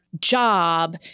job